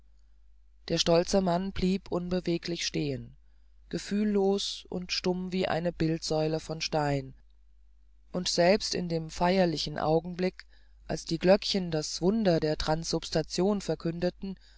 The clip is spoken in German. der stolze mann blieb unbeweglich stehen gefühllos und stumm wie eine bildsäule von stein und selbst in dem feierlichen augenblick als die glöckchen das wunder der transsubstantiation verkündeten